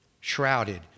shrouded